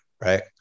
right